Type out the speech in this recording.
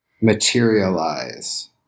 materialize